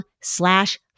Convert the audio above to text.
slash